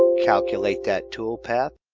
calculate that toolpath.